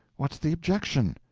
what's the objection?